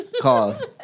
calls